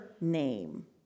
name